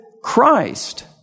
Christ